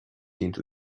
into